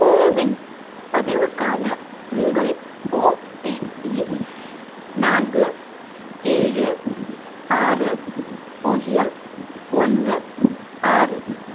CoWIN பதிவுக்கான உங்கள் OTP நான்கு ஏழு ஆறு பூஜ்ஜியம் ஒன்று ஆறு